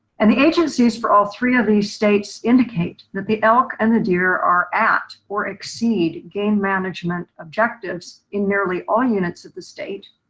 and the agencies for all three of these states indicate that the elk and the deer are at or exceed game management objectives in nearly all units of the state.